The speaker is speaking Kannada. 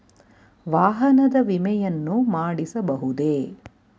ವಾಹನದ ವಿಮೆಯನ್ನು ಮಾಡಿಸಬಹುದೇ?